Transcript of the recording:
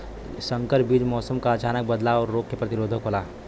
संकर बीज मौसम क अचानक बदलाव और रोग के प्रतिरोधक होला